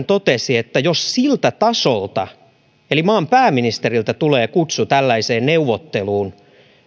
totesi että jos siltä tasolta eli maan pääministeriltä tulee kutsu tällaiseen neuvotteluun